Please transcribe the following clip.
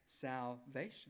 salvation